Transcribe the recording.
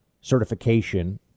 certification